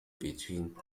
between